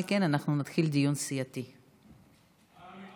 הנגשת מתן השירות היא דבר, גם,